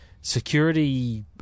security